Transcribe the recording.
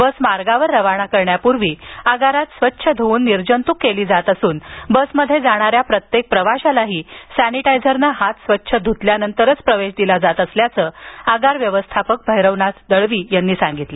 बस मार्गावर रवाना करण्यापूर्वी आगारात स्वच्छ धुवून निर्जंतूक केली जात असून बसमध्ये जाणाऱ्या प्रत्येक प्रवाशालाही सॅनिटायझरने हात स्वच्छ धुतल्यानंतरच प्रवेश दिला जात असल्याचं आगार व्यवस्थापक भैरवनाथ दळवी यांनी सांगितलं